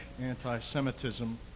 anti-Semitism